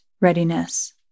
readiness